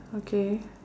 okay